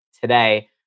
today